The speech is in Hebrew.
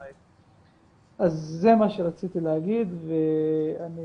אז זה מה שרציתי להגיד ואני